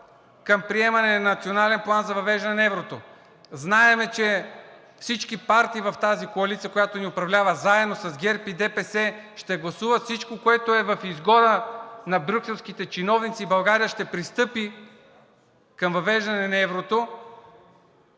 към приемане на Национален план за въвеждане на еврото. Знаем, че всички партии в тази коалиция, която ни управлява, заедно с ГЕРБ и ДПС, ще гласуват всичко, което е в изгода на брюкселските чиновници, и България ще пристъпи към въвеждане на еврото.